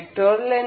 Bmnm 1